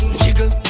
jiggle